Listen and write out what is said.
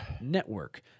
network